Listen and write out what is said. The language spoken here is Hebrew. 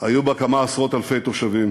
היו בה כמה עשרות-אלפי תושבים.